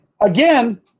again